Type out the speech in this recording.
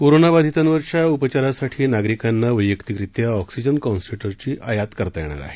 कोरोबाधितांवरच्या उपचारासाठी नागरिकांना वैयक्तिकरित्या ऑक्सिजन कॉन्स्ट्रेटरची आयात करता येणार आहे